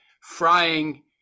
frying